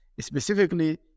Specifically